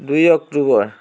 দুই অক্টোবৰ